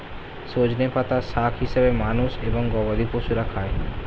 সজনে পাতা শাক হিসেবে মানুষ এবং গবাদি পশুরা খায়